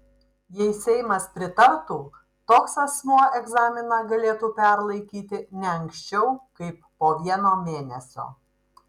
jei seimas pritartų toks asmuo egzaminą galėtų perlaikyti ne anksčiau kaip po vieno mėnesio